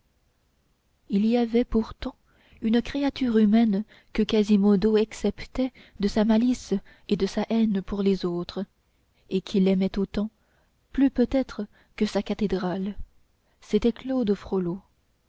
il y avait pourtant une créature humaine que quasimodo exceptait de sa malice et de sa haine pour les autres et qu'il aimait autant plus peut-être que sa cathédrale c'était claude